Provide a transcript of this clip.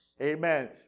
Amen